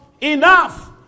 enough